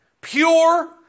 pure